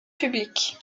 public